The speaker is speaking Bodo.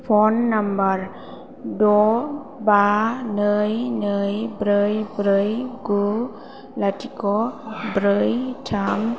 फन नाम्बार द' बा नै नै ब्रै ब्रै गु लाथिख' ब्रै थाम